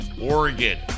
Oregon